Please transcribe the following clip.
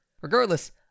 Regardless